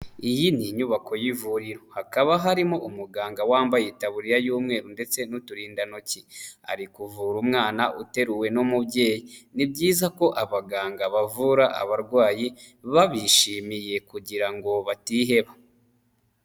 Iyi ni inyubako y'ivuriro hakaba harimo umuganga wambaye itaburiya y'umweru ndetse n'uturindantoki, ari kuvura umwana uteruwe n'umubyeyi. Ni byiza ko abaganga bavura abarwayi babishimiye kugira ngo batiheba.